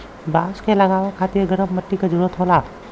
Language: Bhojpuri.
बांस क लगावे खातिर गरम मट्टी क जरूरत होला